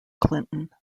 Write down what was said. clinton